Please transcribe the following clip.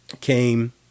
came